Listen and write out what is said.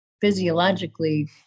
physiologically